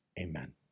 amen